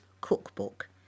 Cookbook